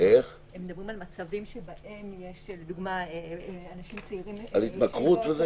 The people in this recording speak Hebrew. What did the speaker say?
הם מדברים על מצבים שבהם יש לדוגמה אנשים צעירים --- על התמכרות,